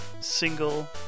single